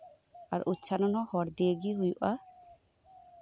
ᱩᱪᱪᱟᱨᱚᱱ ᱦᱚᱸ ᱦᱚᱲ ᱫᱤᱭᱮ ᱜᱮ ᱦᱩᱭᱩᱜᱼᱟ